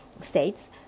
states